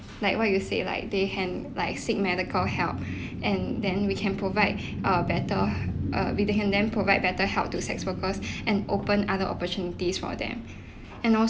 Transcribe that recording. like what you say like they can like seek medical help and then we can provide a better uh we the can then provide better help to sex workers and open other opportunities for them and also